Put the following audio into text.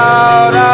out